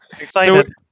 Excited